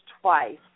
twice